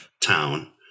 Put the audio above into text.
town